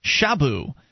Shabu